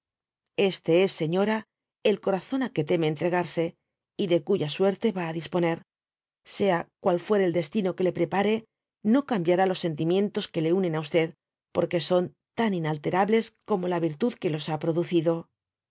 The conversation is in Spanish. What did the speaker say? este es señora el corazón á que teme entregarse y de cuya suerte va á disponer sea cual fuere el destino que le prepare no cambiará los sentimientos que le unen á í porque son tan inalterables como la virtud que los ha producido